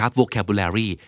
vocabulary